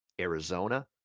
Arizona